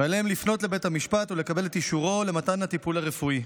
ועליהם לפנות לבית המשפט ולקבל את אישורו למתן הטיפול הרפואי.